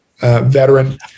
veteran